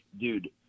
dude